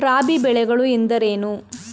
ರಾಬಿ ಬೆಳೆಗಳು ಎಂದರೇನು?